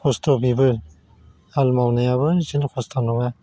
खस्थ' बेबो हाल मावनायाबो एसेल' खस्थ' नङा